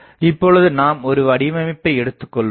இப்பொழுது நாம் ஒரு வடிவமைப்பை எடுத்துக்கொள்வோம்